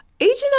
Agent